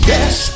Yes